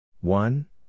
One